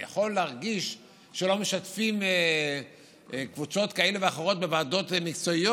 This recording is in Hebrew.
אני יכול להרגיש שלא משתפים קבוצות כאלה ואחרות בוועדות מקצועיות.